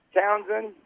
Townsend